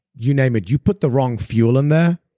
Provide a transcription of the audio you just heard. you name it, you put the wrong fuel in there,